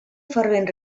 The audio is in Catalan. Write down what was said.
fervent